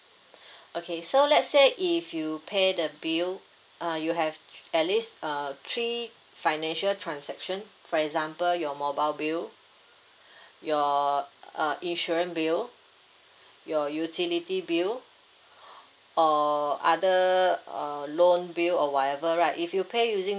okay so let's say if you pay the bill uh you have at least uh three financial transaction for example your mobile bill your uh insurance bill your utility bill or other err loan bill or whatever right if you pay using